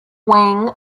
wing